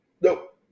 Nope